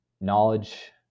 knowledge